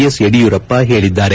S Yediyurappa ಹೇಳದ್ದಾರೆ